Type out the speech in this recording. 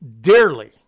dearly